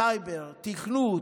סייבר, תכנות,